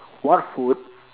what food